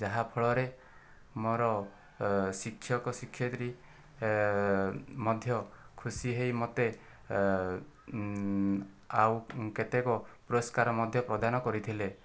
ଯାହାଫଳରେ ମୋର ଶିକ୍ଷକ ଶିକ୍ଷୟତ୍ରୀ ମଧ୍ୟ ଖୁସି ହୋଇ ମୋତେ ଆଉ କେତେକ ପୁରଷ୍କାର ମଧ୍ୟ ପ୍ରଦାନ କରିଥିଲେ